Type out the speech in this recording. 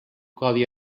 codi